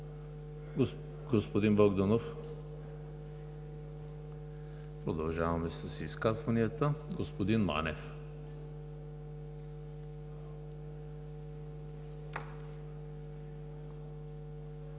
Господин Богданов? Продължаваме с изказванията. Господин Манев.